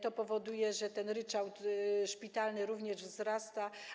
To powoduje, że ten ryczałt szpitalny również wzrasta.